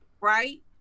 right